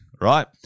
right